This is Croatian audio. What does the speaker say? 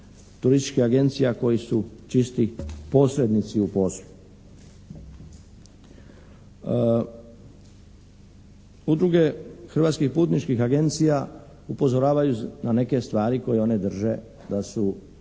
turističkih agencija koji su čisti posrednici u poslu. Udruge hrvatskih putničkih agencija upozoravaju na neke stvari koje oni drže da bi